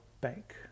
Bank